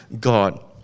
God